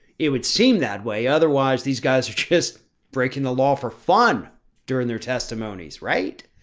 it would seem that way. otherwise these guys are just breaking the law for fun during their testimonies. right.